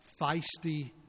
feisty